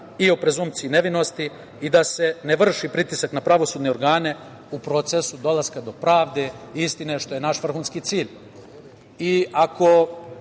i o prezumciji nevinosti i da se ne vrši pritisak na pravosudne organe u procesu dolaska do pravde i istine, što je naš vrhunski cilj. Ako